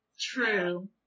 True